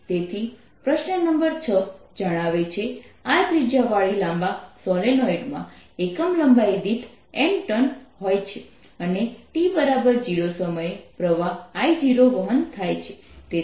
તેથી પ્રશ્ન નંબર 6 જણાવે છે r ત્રિજ્યા વાળી લાંબા સોલેનોઇડમાં એકમ લંબાઈ દીઠ n ટર્ન હોય છે અને t0 સમયે પ્રવાહ I0 વહન થાય છે